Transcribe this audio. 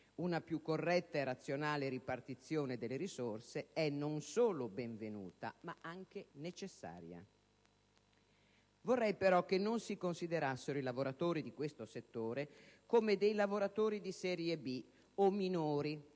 Una più corretta e razionale ripartizione delle risorse è non solo benvenuta, ma anche necessaria. Vorrei però che non si considerassero i lavoratori di questo settore come di serie B, o minori